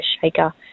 Shaker